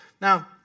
Now